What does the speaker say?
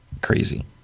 crazy